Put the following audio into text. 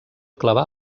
clavar